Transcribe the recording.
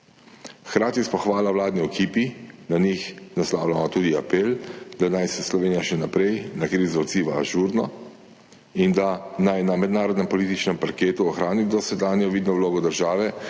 Hkrati pa pohvala vladni ekipi, na njih naslavljamo tudi apel, da naj se Slovenija še naprej na krizo odziva ažurno, in da naj na mednarodnem političnem parketu ohrani dosedanjo vidno vlogo države,